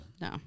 No